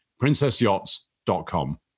princessyachts.com